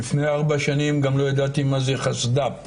לפני ארבע שנים לא ידעתי מה זה חסד"פ,